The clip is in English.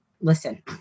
listen